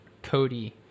Cody